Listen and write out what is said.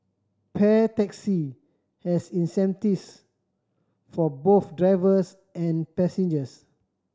Pair Taxi has incentives for both drivers and passengers